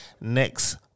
Next